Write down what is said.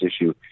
issue